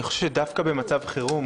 אני חושב שדווקא במצב חרום